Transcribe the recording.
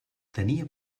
tenia